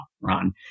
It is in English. Ron